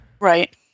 Right